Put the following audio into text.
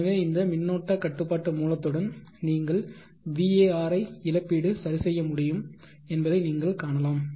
எனவே இந்த மின்னோட்ட கட்டுப்பாட்டு மூலத்துடன் நீங்கள் VAR இழப்பீடு சரி செய்ய முடியும் என்பதை நீங்கள் காணலாம்